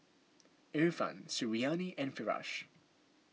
Irfan Suriani and Firash